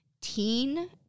teen